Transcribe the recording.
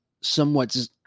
somewhat